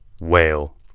whale